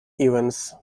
events